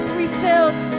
refilled